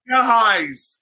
Guys